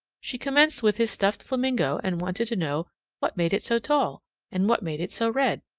she commenced with his stuffed flamingo and wanted to know what made it so tall and what made it so red.